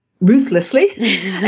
ruthlessly